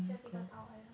it's just 一个岛来的